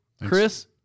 Chris